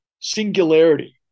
singularity